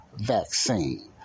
vaccine